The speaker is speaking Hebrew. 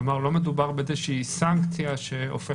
כלומר לא מדובר באיזה שהיא סנקציה שהופכת